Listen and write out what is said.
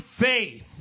faith